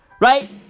right